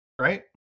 right